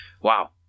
wow